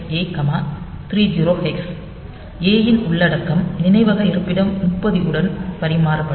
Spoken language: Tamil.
A இன் உள்ளடக்கம் நினைவக இருப்பிடம் 30 உடன் பரிமாறப்படும்